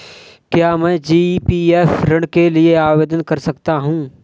क्या मैं जी.पी.एफ ऋण के लिए आवेदन कर सकता हूँ?